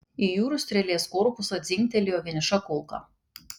į jūrų strėlės korpusą dzingtelėjo vieniša kulka